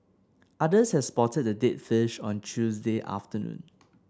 others had spotted the dead fish on Tuesday afternoon